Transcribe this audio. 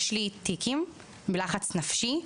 יש לי טיקים מלחץ נפשי,